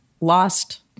lost